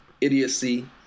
idiocy